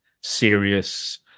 serious